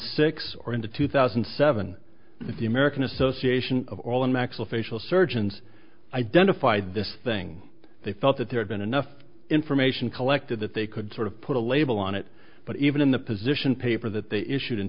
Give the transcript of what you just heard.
six or into two thousand and seven the american association of all in mexico facial surgeons identified this thing they felt that there had been enough information collected that they could sort of put a label on it but even in the position paper that they issued in